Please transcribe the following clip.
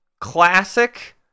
classic